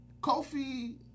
Kofi